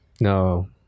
no